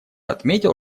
отметил